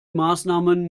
maßnahmen